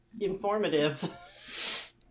informative